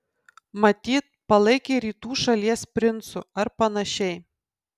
matyt palaikė rytų šalies princu ar panašiai